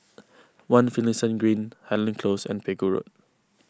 one Finlayson Green Highland Close and Pegu Road